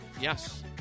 Yes